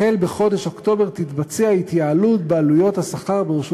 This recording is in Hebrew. החל בחודש באוקטובר תתבצע התייעלות בעלויות השכר ברשות